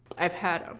i've had ah